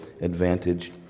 advantage